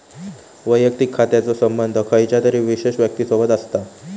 वैयक्तिक खात्याचो संबंध खयच्या तरी विशेष व्यक्तिसोबत असता